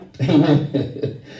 Amen